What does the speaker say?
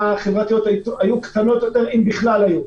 והחברתיות היו קטנות יותר, אם בכלל היו.